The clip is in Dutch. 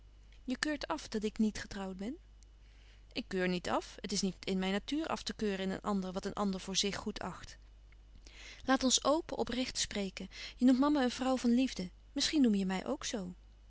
je keurt af dat ik niet getrouwd ben ik keur niet af het is niet in mijn natuur af te keuren in een ander wat een ander voor zich goed acht laat ons open oprecht spreken je noemt mama een vrouw van liefde misschien noem je mij ook zoo